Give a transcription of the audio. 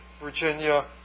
Virginia